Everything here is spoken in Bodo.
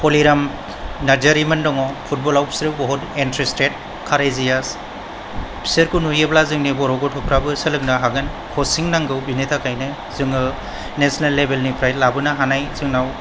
हलिचरन नारजारिमोन दङ' फुटबलाव बिसोरो इन्ट्रेसटेट कारिजियास बिसोरखौ नुयोब्ला जोंनि बर' गथ'फोराबो सोलोंनो हागोन कचिं नांगौ बेनि थाखायनो जोङो नेसनेल लेभेलनिफ्रायनो लाबोनो हानाय जोंनाव